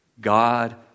God